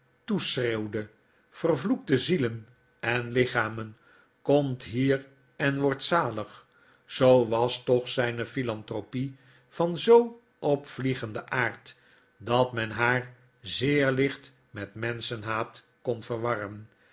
toeschreeuwde vervloekte zielen en lichamen komt hier en wordt zalig zoo was toch zyne philanthropic van zoo opvliegenden aard dat men haar zeer licht met menschenhaat kon verwarren